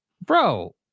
Bro